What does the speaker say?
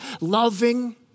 loving